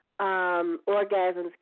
orgasms